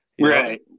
Right